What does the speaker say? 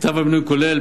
כתב המינוי כולל,